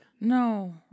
No